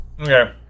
Okay